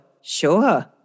sure